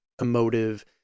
emotive